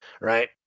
right